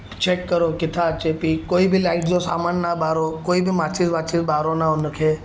check करो किथां अचे थी कोई बि लाइट जो सामान न ॿारो कोई बि माचिस वाचिस ॿारो न हुनखे